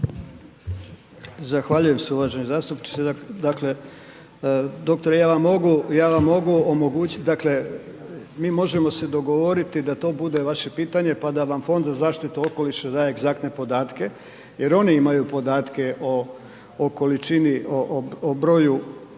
Zahvaljujem se uvaženi zastupniče. Dakle, doktore ja vam mogu, ja vam mogu omogućiti, mi možemo se dogovoriti da to bude vaše pitanje pa da vam Fond za zaštitu okoliša daje egzaktne podatke jer oni imaju podatke o količini, o broju